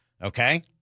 Okay